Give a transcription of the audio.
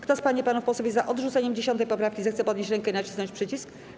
Kto z pań i panów posłów jest za odrzuceniem 10. poprawki, zechce podnieść rękę i nacisnąć przycisk.